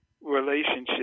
relationship